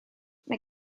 mae